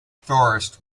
forest